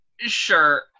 Sure